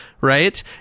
right